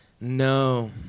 No